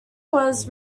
was